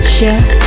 Chef